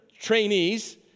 trainees